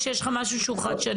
או שיש לך משהו שהוא חדשני?